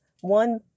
one